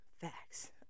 facts